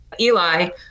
Eli